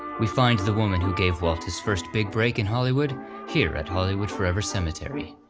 we find the woman who gave walt his first big break in hollywood here at hollywood forever cemetery.